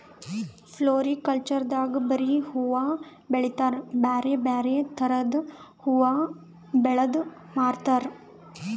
floriculture ದಾಗ್ ಬರಿ ಹೂವಾ ಬೆಳಿತಾರ್ ಬ್ಯಾರೆ ಬ್ಯಾರೆ ಥರದ್ ಹೂವಾ ಬೆಳದ್ ಮಾರ್ತಾರ್